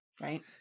right